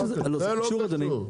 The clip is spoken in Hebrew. זה קשור אדוני.